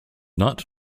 not